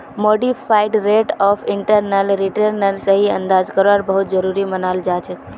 modified rate of internal रिटर्नेर सही अंदाजा करवा बहुत जरूरी मनाल जाछेक